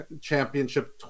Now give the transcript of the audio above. Championship